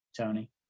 Tony